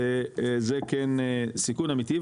זה כן סיכון אמיתי,